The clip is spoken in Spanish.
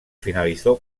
finalizó